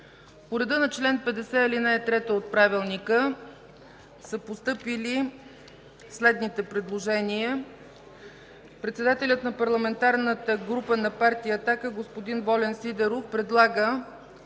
По реда на чл. 50, ал. 3 от Правилника са постъпили следните предложения. Председателят на Парламентарната група на партия „Атака” господин Волен Сидеров предлага